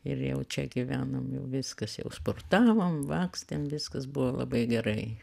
ir jau čia gyvenom jau viskas jau sportavom lakstėm viskas buvo labai gerai